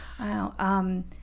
Wow